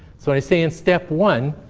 so and i say in step one,